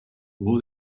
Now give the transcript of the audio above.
will